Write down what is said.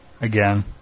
again